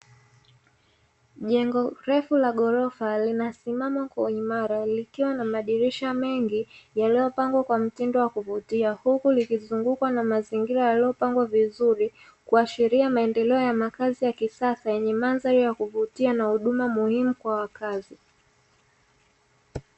Jengo refu la ghorofa linasimama kwa uimara likiwa na madirisha mengi yaliyopangwa kwa mtindo wa kuvutia, huku likizungukwa na mazingira yaliyopangwa vizuri kuashiria maendeleo ya makazi ya kisasa yenye mandhari ya kuvutia na huduma muhimu kwa wakazi.